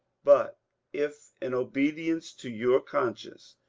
but if, in obedience to your conscience,